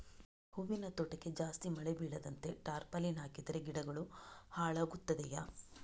ಹೂವಿನ ತೋಟಕ್ಕೆ ಜಾಸ್ತಿ ಮಳೆ ಬೀಳದಂತೆ ಟಾರ್ಪಾಲಿನ್ ಹಾಕಿದರೆ ಗಿಡಗಳು ಹಾಳಾಗುತ್ತದೆಯಾ?